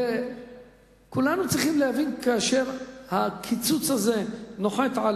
כולנו צריכים להבין שכאשר הקיצוץ הזה נוחת על